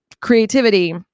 creativity